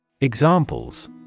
Examples